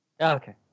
Okay